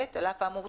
(ב) על אף האמור,